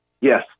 Yes